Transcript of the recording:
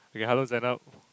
okay hello Zainab